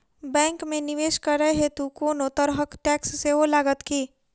Bank मे निवेश करै हेतु कोनो तरहक टैक्स सेहो लागत की?